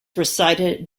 recited